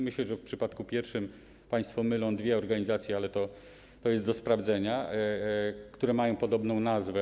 Myślę, że w przypadku pierwszym państwo mylą dwie organizacje, ale to jest do sprawdzenia, które mają podobną nazwę.